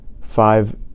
five